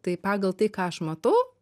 tai pagal tai ką aš matau